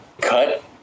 cut